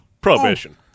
Prohibition